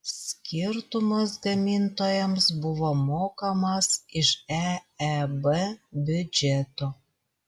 skirtumas gamintojams buvo mokamas iš eeb biudžeto